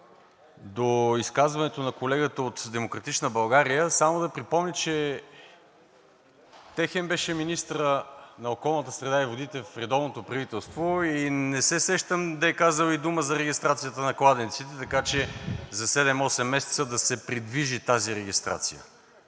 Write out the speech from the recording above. до изказването на колегата от „Демократична България“, само да припомня, че техен беше министърът на околната среда и водите в редовното правителство. Не се сещам да е казал и дума за регистрацията на кладенците, така че за седем-осем месеца да се придвижи тази регистрация.